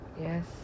yes